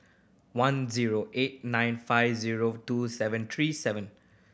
one zero eight nine five zero two seven three seven